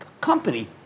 company